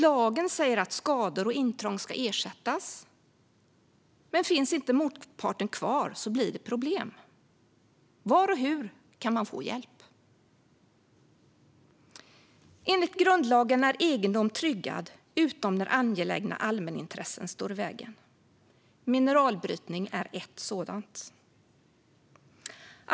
Lagen säger att skador och intrång ska ersättas. Men finns inte motparten kvar blir det problem. Var och hur kan man få hjälp? Enligt grundlagen är egendom tryggad utom när angelägna allmänintressen står i vägen, mineralbrytning är ett sådant.